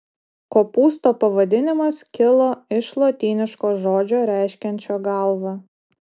kopūsto pavadinimas kilo iš lotyniško žodžio reiškiančio galvą